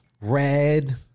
Red